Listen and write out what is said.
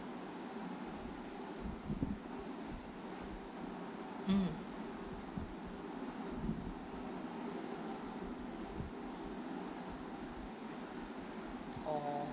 mm